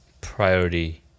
priority